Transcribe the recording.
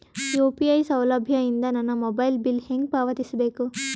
UPI ಸೌಲಭ್ಯ ಇಂದ ನನ್ನ ಮೊಬೈಲ್ ಬಿಲ್ ಹೆಂಗ್ ಪಾವತಿಸ ಬೇಕು?